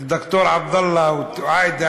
ד"ר עבדאללה ועאידה,